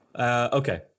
Okay